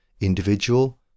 individual